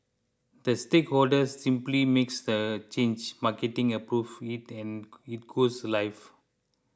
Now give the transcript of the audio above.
the stakeholder simply makes the change marketing approves it and it goes live